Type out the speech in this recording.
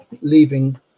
leaving